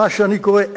מה שאני קורא,